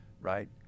right